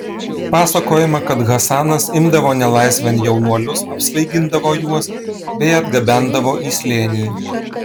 pasakojama kad hasanas imdavo nelaisvėn jaunuolius apsvaigindavo juos bei atgabendavo į slėnį